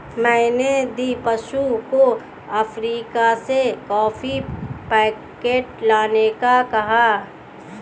मैंने दीपांशु को अफ्रीका से कॉफी पैकेट लाने को कहा है